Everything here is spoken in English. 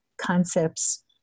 concepts